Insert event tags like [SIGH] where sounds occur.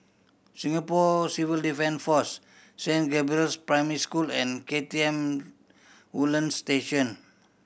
Singapore Civil [UNINTELLIGIBLE] Force Saint Gabriel's Primary School and K T M Woodlands Station